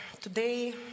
today